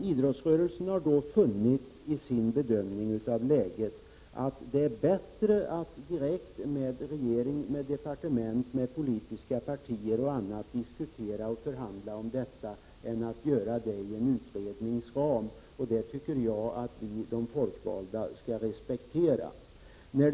Idrottsrörelsen har i sin bedömning av läget funnit att det är bättre att direkt med regering, departement, politiska partier och andra diskutera och förhandla om dessa frågor än att göra det inom en utredningsram. Och jag menar att vi, de folkvalda, skall respektera detta.